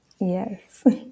Yes